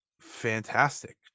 Fantastic